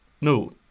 No